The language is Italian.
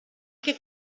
che